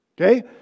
Okay